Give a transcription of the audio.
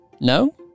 No